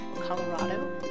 Colorado